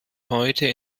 heute